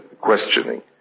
questioning